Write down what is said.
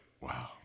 Wow